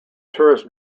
tourist